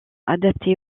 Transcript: adaptés